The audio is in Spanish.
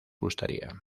gustaría